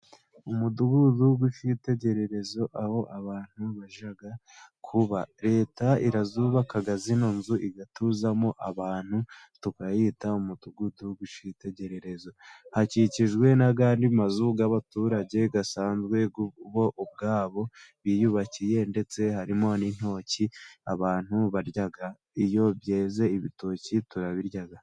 Umudugudu w'icyitegererezo aho abantu bajya kuba. Leta irayubaka ano mazu igatuzamo abantu tukayita umudugudu w'icyitegererezo. Hakikijwe n'andi mazu y'abaturage asanzwe bo ubwabo biyubakiye ndetse harimo n'intoki abantu barya, iyo byeze ibitoki turabirya.